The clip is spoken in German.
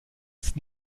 ist